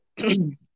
Okay